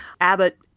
abbott